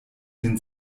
den